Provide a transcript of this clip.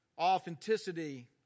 Authenticity